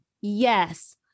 yes